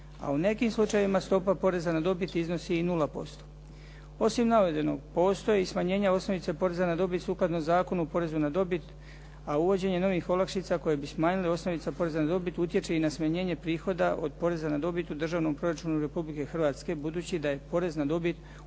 A u nekim slučajevima stopa poreza na dobit iznosi i 0% Osim navedenog, postoji i smanjenje osnovice poreza na dobit sukladno Zakonu o porezu na dobit, a uvođenje novih olakšica koje bi smanjile osnovice poreza na dobit utječe i na smanjenje prihoda od poreza na dobit u Državnom proračunu Republike Hrvatske budući da je poreza na dobit u